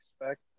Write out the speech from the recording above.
expect